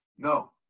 No